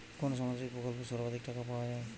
কোন সামাজিক প্রকল্পে সর্বাধিক টাকা পাওয়া য়ায়?